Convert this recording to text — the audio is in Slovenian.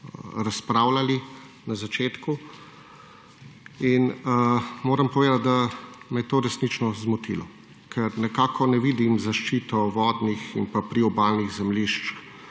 razpravljali na začetku. Moram povedati, da me je to resnično zmotilo, ker nekako ne vidim zaščito vodnih in priobalnih zemljišč